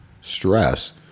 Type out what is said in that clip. stress